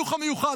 החינוך המיוחד,